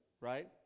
Right